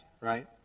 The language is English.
right